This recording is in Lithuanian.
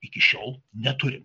iki šiol neturime